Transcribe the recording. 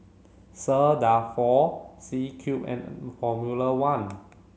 sir Dalfour C Cube and Formula One